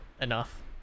enough